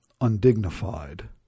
undignified